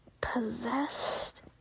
possessed